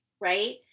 right